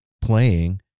playing